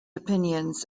opinions